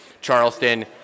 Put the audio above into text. Charleston